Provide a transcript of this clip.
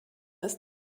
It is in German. ist